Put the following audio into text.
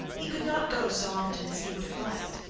he could not go so often as he would have liked.